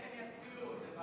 איך הם יצביעו, זה בעיה.